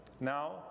now